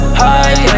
high